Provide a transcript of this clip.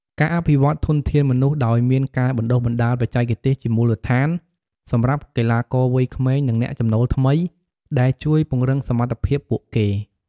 ការអភិវឌ្ឍធនធានមនុស្សដោយមានការបណ្តុះបណ្តាលបច្ចេកទេសជាមូលដ្ឋានសម្រាប់កីឡាករវ័យក្មេង និងអ្នកចំណូលថ្មី ដែលជួយពង្រឹងសមត្ថភាពពួកគេ។